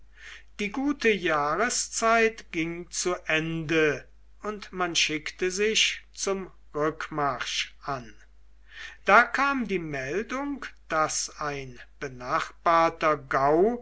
die gute jahreszeit ging zu ende und man schickte sich zum rückmarsch an da kam die meldung daß ein benachbarter gau